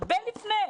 הרבה לפני.